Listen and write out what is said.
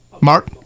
Mark